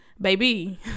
baby